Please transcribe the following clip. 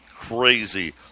crazy